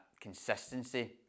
consistency